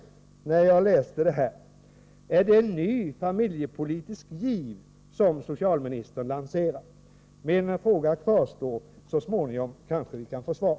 När jag läste det här frågade jag mig: Är det en ny familjepolitisk giv som socialministern lanserar? Min fråga kvarstår. Så småningom kanske vi får ett svar.